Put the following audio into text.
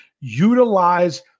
utilize –